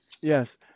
Yes